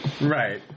Right